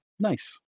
Nice